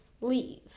leave